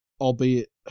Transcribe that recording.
albeit